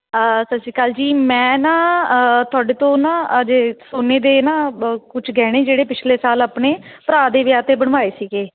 ਸਤਿ ਸ਼੍ਰੀ ਅਕਾਲ ਜੀ ਮੈਂ ਨਾ ਤੁਹਾਡੇ ਤੋਂ ਨਾ ਅਜੇ ਸੋਨੇ ਦੇ ਨਾ ਕੁਝ ਗਹਿਣੇ ਜਿਹੜੇ ਪਿਛਲੇ ਸਾਲ ਆਪਣੇ ਭਰਾ ਦੇ ਵਿਆਹ 'ਤੇ ਬਣਵਾਏ ਸੀਗੇ